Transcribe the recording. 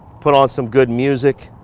put on some good music,